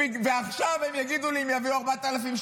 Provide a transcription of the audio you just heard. עכשיו הם יגידו לי, הם יביאו 4,800?